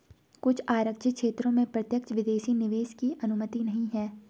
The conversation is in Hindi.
कुछ आरक्षित क्षेत्रों में प्रत्यक्ष विदेशी निवेश की अनुमति नहीं है